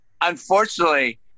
Unfortunately